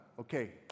Okay